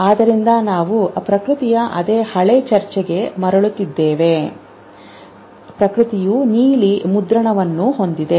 ಆದ್ದರಿಂದ ನಾವು ಪ್ರಕೃತಿಯ ಅದೇ ಹಳೆಯ ಚರ್ಚೆಗೆ ಮರಳುತ್ತಿದ್ದೇವೆ ಪ್ರಕೃತಿಯು ನೀಲಿ ಮುದ್ರಣವನ್ನು ಹೊಂದಿದೆ